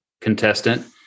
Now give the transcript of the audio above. contestant